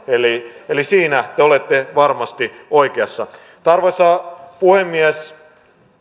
eli eli siinä te olette varmasti oikeassa arvoisa puhemies